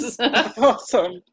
Awesome